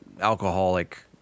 Alcoholic